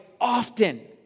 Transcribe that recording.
often